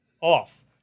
off